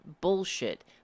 bullshit